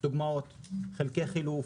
לדוגמה: חלפי חילוף,